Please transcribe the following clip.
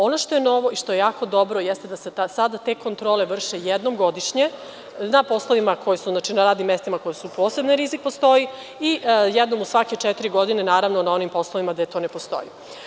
Ono što je novo i što je jako dobro jeste da se sada te kontrole vrše jednom godišnje na poslovima, na radnim mestima za koja posebni rizik postoji i jednom u svake četiri godine, na onim poslovima gde to ne postoji.